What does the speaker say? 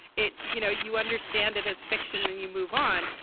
it you know, you understand it as fiction and you move on.